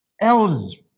elders